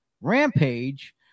Rampage